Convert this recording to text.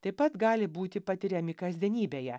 taip pat gali būti patiriami kasdienybėje